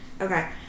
Okay